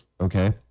Okay